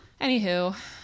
anywho